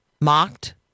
mocked